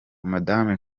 madame